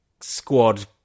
squad